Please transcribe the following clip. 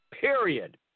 period